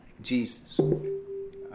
Jesus